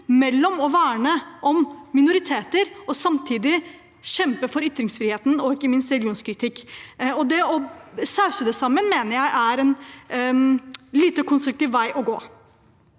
mellom å verne om minoriteter og samtidig kjempe for ytringsfriheten og ikke minst religionskritikk. Å sause det sammen mener jeg er en lite konstruktiv vei å gå.